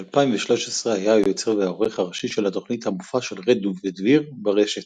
ב-2013 היה היוצר והעורך הראשי של התוכנית "המופע של רד ודביר" ברשת.